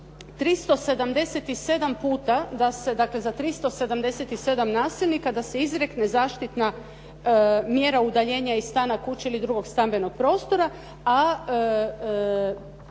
377 puta da se, dakle za 377 nasilnika da se izrekne zaštitna mjera udaljenja iz stana, kuće ili drugog stambenog prostora.